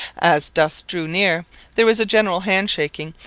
as dusk drew near there was a general handshaking,